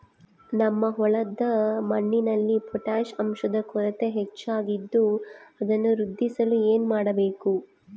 ನಮ್ಮ ಹೊಲದ ಮಣ್ಣಿನಲ್ಲಿ ಪೊಟ್ಯಾಷ್ ಅಂಶದ ಕೊರತೆ ಹೆಚ್ಚಾಗಿದ್ದು ಅದನ್ನು ವೃದ್ಧಿಸಲು ಏನು ಮಾಡಬೇಕು?